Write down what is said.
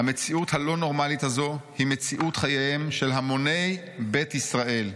"המציאות הלא-נורמלית הזו היא מציאות חייהם של המוני בית ישראל.